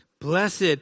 Blessed